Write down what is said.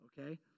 okay